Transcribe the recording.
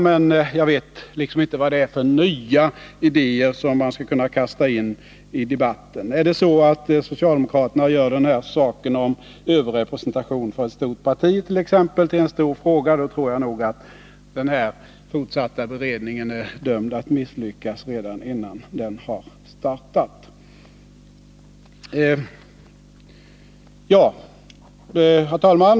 Men jag vet liksom inte vad det är för nya idéer som man skall kunna kasta in i debatten. Är det så att socialdemokraterna gör frågan om överrepresentation för ett stort parti till en stor fråga, då tror jag nog att den fortsatta beredningen är dömd att misslyckas redan innan den har startat. Fru talman!